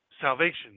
Salvation